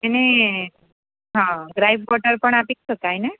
એને હા gripe water પણ આપી શકાય ને